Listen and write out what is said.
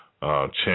Chance